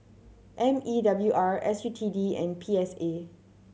M E W R S U T D and P S A